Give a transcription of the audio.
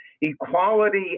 Equality